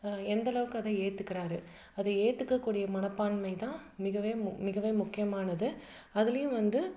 எந்த அளவுக்கு அத ஏற்றுக்கிறாரு அத ஏற்றுக்கக்கூடிய மனப்பான்மை தான் மிகவே மு மிகவே முக்கியமானது அதுலேயும் வந்து